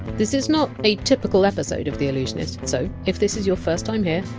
this is not a typical episode of the allusionist, so if this is your first time here,